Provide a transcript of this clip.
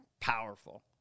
powerful